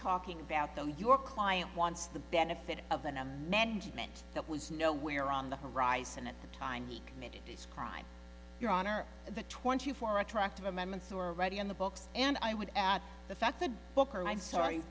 talking about though your client wants the benefit of an amendment that was nowhere on the horizon at the time he committed this crime your honor the twenty four attractive amendments were already on the books and i would add the fact the book or i'm sorry